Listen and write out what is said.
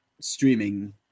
streaming